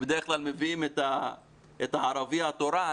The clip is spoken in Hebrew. שבדרך כלל מביאים את הערבי התורן